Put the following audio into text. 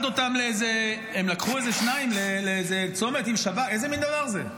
הם לקחו איזה שניים לאיזה צומת, איזה מין דבר זה?